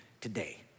today